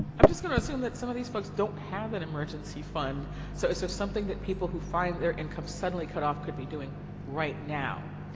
i'm just going to assume that some of these folks don't have an emergency fund, so so something that people who find their income suddenly cut off could be doing right now?